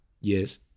Yes